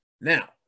Now